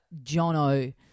Jono